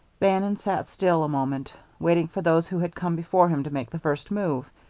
bannon sat still a moment, waiting for those who had come before him to make the first move,